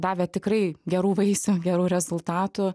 davė tikrai gerų vaisių gerų rezultatų